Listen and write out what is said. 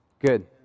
Good